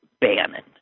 Bannon